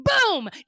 Boom